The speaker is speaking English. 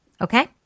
Okay